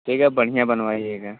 ठीक है बढ़िया बनवाइगा